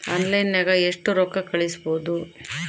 ಆನ್ಲೈನ್ನಾಗ ಎಷ್ಟು ರೊಕ್ಕ ಕಳಿಸ್ಬೋದು